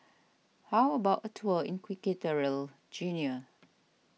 how about a tour in Equatorial Guinea